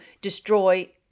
destroy